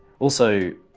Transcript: also,